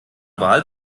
wahl